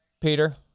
Peter